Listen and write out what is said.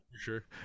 sure